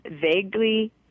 vaguely